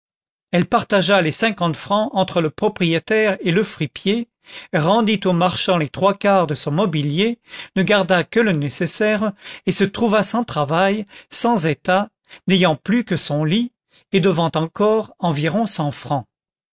elle partagea les cinquante francs entre le propriétaire et le fripier rendit au marchand les trois quarts de son mobilier ne garda que le nécessaire et se trouva sans travail sans état n'ayant plus que son lit et devant encore environ cent francs